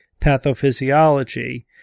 pathophysiology